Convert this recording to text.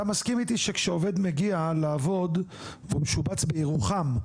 אתה מסכים איתי שכשעובד מגיע לעבוד והוא משובץ בירוחם,